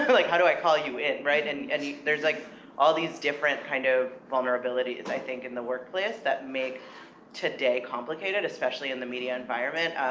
like, how do i call you in, right? and and there's like all these different kind of vulnerabilities, i think, in the workplace that make today complicated, especially in the media environment.